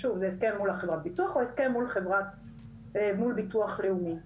זה הסכם מול חברת הביטוח או הסכם מול ביטוח לאומי.